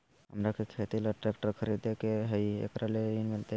हमरा के खेती ला ट्रैक्टर खरीदे के हई, एकरा ला ऋण मिलतई?